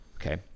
Okay